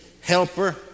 helper